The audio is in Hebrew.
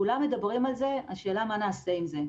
כולם מדברים על זה, השאלה מה נעשה עם זה.